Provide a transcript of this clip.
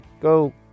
go